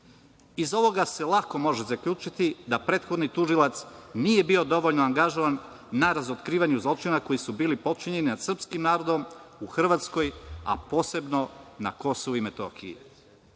Iz ovoga se lako može zaključiti da prethodni tužilac nije bio dovoljno angažovan na razotkrivanju zločina koji su bili počinjeni nad srpskim narodom u Hrvatskoj, a posebno na KiM. Prosto je